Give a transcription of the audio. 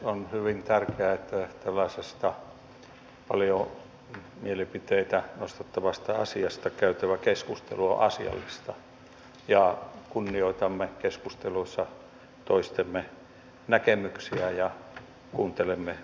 on hyvin tärkeää että tällaisesta paljon mielipiteitä nostattavasta asiasta käytävä keskustelu on asiallista ja kunnioitamme keskustelussa toistemme näkemyksiä ja kuuntelemme mielipiteitä